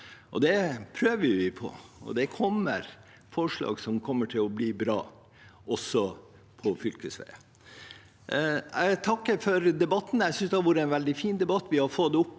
Det prøver vi på, og det kommer forslag som kommer til å bli bra også for fylkesveiene. Jeg vil takke for debatten. Jeg synes det har vært en veldig fin debatt. Vi har fått fram